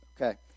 Okay